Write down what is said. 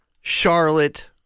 Charlotte